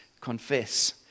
confess